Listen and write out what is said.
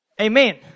Amen